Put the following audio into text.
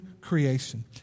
creation